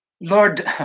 Lord